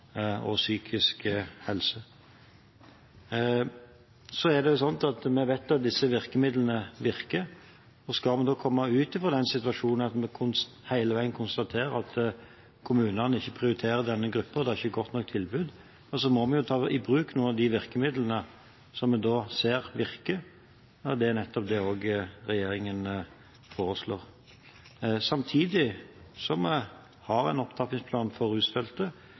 og psykisk helse. Vi vet at disse virkemidlene virker, og skal vi komme oss ut av den situasjonen hvor man hele tiden konstaterer at kommunene ikke prioriterer denne gruppen, at det ikke er et godt nok tilbud, så må vi ta i bruk noen av de virkemidlene vi ser at virker. Det er nettopp det regjeringen foreslår – samtidig som vi har en opptrappingsplan for